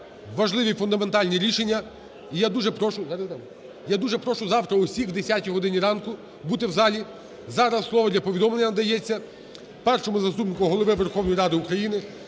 важливі фундаментальні рішення. І я дуже прошу завтра всіх о 10 годині ранку бути в залі. Зараз слово для повідомлення надається Першому заступнику Голови Верховної Ради України